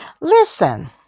listen